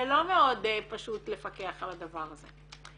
ולא מאוד פשוט לפקח על הדבר הזה.